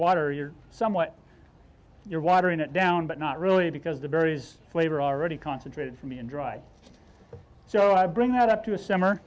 water you're somewhat you're watering it down but not really because the berries flavor already concentrated for me and dry so i bring that up to a summer